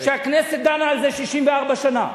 שהכנסת דנה על זה 64 שנה.